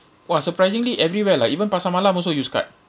!wah! surprisingly everywhere like even pasar malam also use card